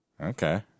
Okay